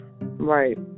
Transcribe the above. Right